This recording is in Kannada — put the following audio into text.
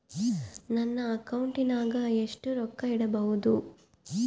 ನನ್ನ ಅಕೌಂಟಿನಾಗ ಎಷ್ಟು ರೊಕ್ಕ ಇಡಬಹುದು?